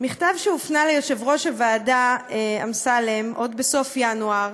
מכתב שהופנה ליושב-ראש הוועדה אמסלם עוד בסוף ינואר,